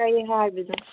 ꯀꯔꯤ ꯍꯥꯏꯕꯅꯣ